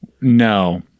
No